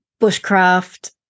bushcraft